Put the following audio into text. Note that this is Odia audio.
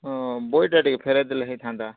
ହଁ ବହିଟା ଟିକେ ଫେରେଇ ଦେଲେ ହୋଇଥାନ୍ତା